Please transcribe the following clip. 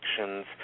actions